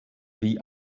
wie